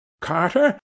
Carter